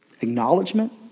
acknowledgement